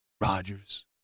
Rodgers